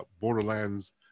Borderlands